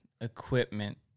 equipment